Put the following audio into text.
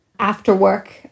after-work